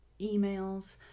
emails